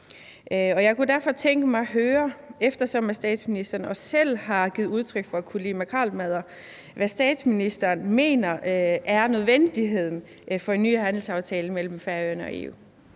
Jeg kunne derfor tænke mig at høre, eftersom statsministeren også selv har givet udtryk for at kunne lide makrelmadder, hvad statsministeren mener nødvendigheden af en ny handelsaftale mellem Færøerne og EU